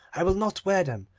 i will not wear them.